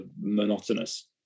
monotonous